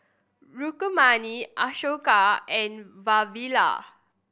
Rukmini Ashoka and Vavilala